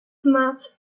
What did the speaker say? mats